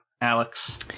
Alex